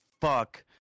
fuck